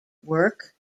work